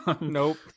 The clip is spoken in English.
nope